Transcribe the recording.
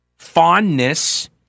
fondness